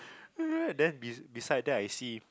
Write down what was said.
then be beside that I see